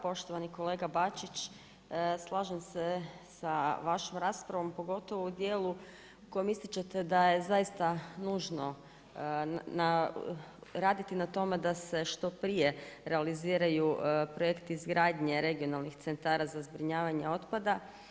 Poštovani kolega Bačić, slažem se sa vašom raspravom, pogotovo u dijelu u kojom ističete da je zaista nužno raditi na tome da se što prije realiziraju projekti izgradnje regionalnih centara za zbrinjavanja otpada.